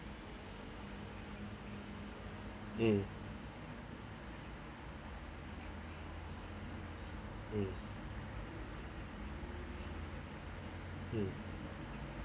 mm mm mm